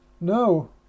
No